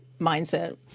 mindset